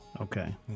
Okay